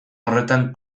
horretan